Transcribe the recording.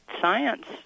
science